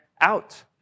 out